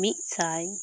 ᱢᱤᱫ ᱥᱟᱭ